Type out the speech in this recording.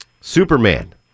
Superman